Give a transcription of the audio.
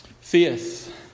fifth